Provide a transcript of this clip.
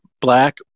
black